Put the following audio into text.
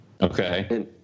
Okay